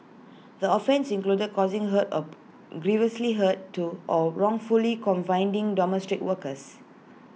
the offences included causing hurt or grievously hurt to or wrongfully confining workers